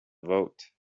vote